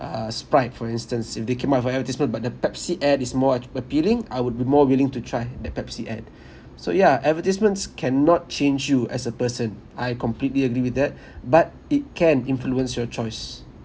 uh sprite for instance if they came out with an advertisement but the pepsi ad is more appealing I would be more willing to try that pepsi ad so yeah advertisements cannot change you as a person I completely agree with that but it can influence your choice